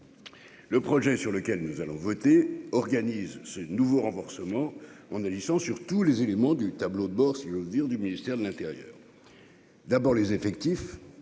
le projet sur lequel nous allons voter organise ce nouveau renforcement en ne laissant sur tous les éléments du tableau de bord, si j'ose dire, du ministère de l'Intérieur, d'abord les effectifs